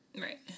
right